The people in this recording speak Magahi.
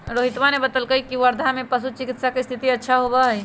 रोहितवा ने बतल कई की वर्धा में पशु चिकित्सा के स्थिति अच्छा होबा हई